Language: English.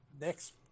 next